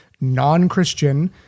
non-Christian